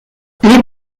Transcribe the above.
les